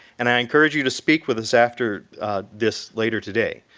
and i encourage you to speak with us after this, later today.